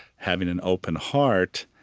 having an open heart.